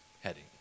heading